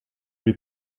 lui